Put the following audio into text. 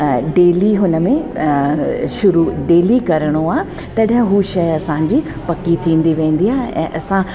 daily हुन में शुरू डेली करिणो आहे तॾहिं उहा शइ असांजी पकी थींदी रहंदी आहे ऐं असां